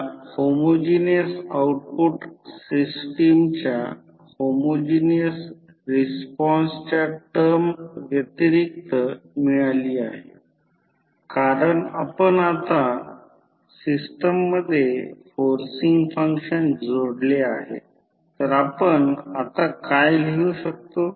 तर sin 90 o ω t असे लिहू शकतो आणि हे चिन्ह येथे आहे चिन्ह आत घ्या मग त्यामध्ये काय मिळेल तर E1 N1 ∅m ω sin ω t 90o लिहू शकता